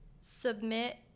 submit